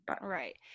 Right